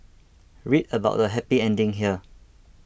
read about the happy ending here